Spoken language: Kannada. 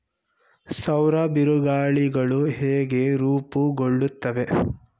ಸೌರ ಬಿರುಗಾಳಿಗಳು ಹೇಗೆ ರೂಪುಗೊಳ್ಳುತ್ತವೆ?